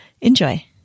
Enjoy